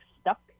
stuck